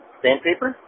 sandpaper